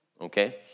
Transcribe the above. okay